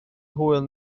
hwyl